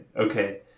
Okay